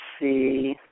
see